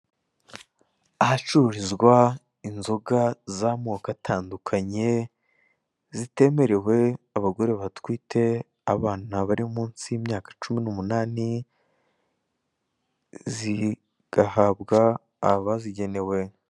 Ahacururizwa inzoga z'amaoko atandukanye zitemerewe abagore batwite, abana bari munsi y'imyaka cumi n'umunani, zigahabwa abazigenewe.